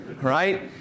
right